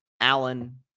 Allen